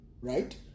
right